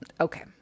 okay